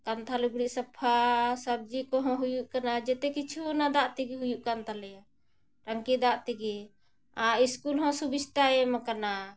ᱠᱟᱱᱛᱷᱟ ᱞᱩᱜᱽᱲᱤ ᱥᱟᱯᱷᱟ ᱥᱚᱵᱽᱡᱤ ᱠᱚᱦᱚᱸ ᱦᱩᱭᱩᱜ ᱠᱟᱱᱟ ᱡᱚᱛᱚ ᱠᱤᱪᱷᱩ ᱚᱱᱟ ᱫᱟᱜ ᱛᱮᱜᱮ ᱦᱩᱭᱩᱜ ᱠᱟᱱ ᱛᱟᱞᱮᱭᱟ ᱴᱟᱝᱠᱤ ᱫᱟᱜ ᱛᱮᱜᱮ ᱟᱨ ᱦᱚᱸ ᱥᱩᱵᱤᱫᱷᱟᱭ ᱮᱢ ᱟᱠᱟᱱᱟ